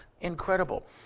incredible